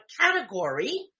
category